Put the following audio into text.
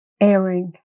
airing